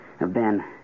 Ben